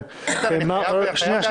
איתן, אתה חייב להדגיש את מה שהוא אמר.